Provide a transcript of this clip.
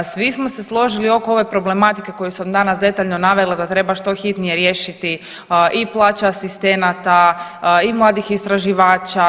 Svi smo se složili oko ove problematike koju sam danas detaljno navela da treba što hitnije riješiti i plaće asistenata i mladih istraživača.